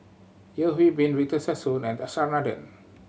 Yeo Hwee Bin Victor Sassoon and S R Nathan